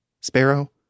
Sparrow